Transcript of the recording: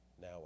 now